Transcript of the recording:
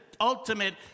ultimate